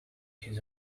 his